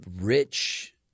rich